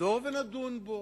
נחזור ונדון בו.